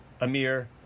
Amir